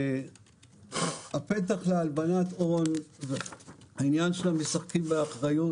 הפתח להלבנת הון, העניין של המשחקים באחריות,